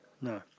No